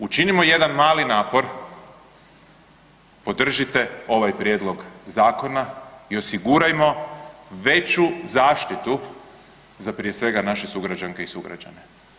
Učinimo jedan mali napor, podržite ovaj prijedlog zakona i osigurajmo veću zaštitu za prije svega naše sugrađanke i sugrađane.